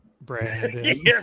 Brandon